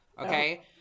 Okay